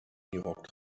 minirock